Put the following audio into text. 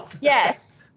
Yes